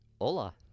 Hola